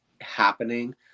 happening